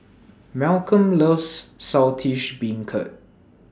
Malcom loves Saltish Beancurd